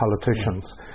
politicians